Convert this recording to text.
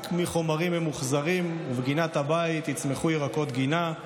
מחומרים ממוחזרים ובגינת הבית יצמחו ירקות גינה,